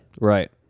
right